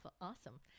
awesome